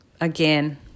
Again